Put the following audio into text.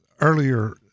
Earlier